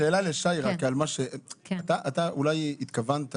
שאלה לשי: אתה אולי התכוונת